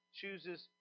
chooses